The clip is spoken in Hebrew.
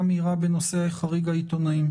מהירה עד שבוע הבא בנושא חריג העיתונאים.